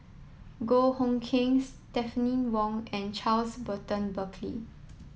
Goh Hood Keng Stephanie Wong and Charles Burton Buckley